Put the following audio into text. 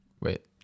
Wait